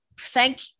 thank